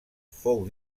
fou